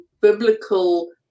biblical